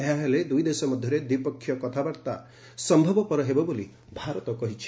ଏହା ହେଲେ ଦୁଇ ଦେଶ ମଧ୍ୟରେ ଦ୍ୱିପକ୍ଷିୟ କଥାବାର୍ତ୍ତା ସମ୍ଭବପର ହେବ ବୋଲି ଭାରତ କହିଛି